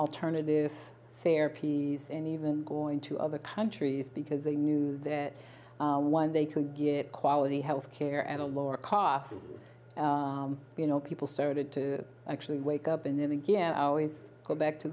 alternative therapies and even going to other countries because they knew that one they could get quality health care at a lower cost you know people started to actually wake up and then again always go back to